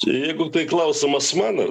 jeigu tai klausimas man